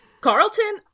Carlton